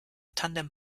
tandem